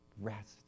Rest